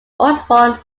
osborne